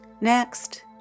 Next